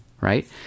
right